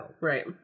Right